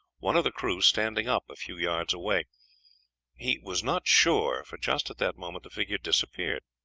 one of the crew standing up a few yards away he was not sure, for just at that moment the figure disappeared.